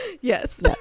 yes